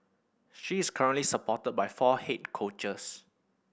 she is currently supported by four head coaches